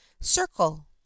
circle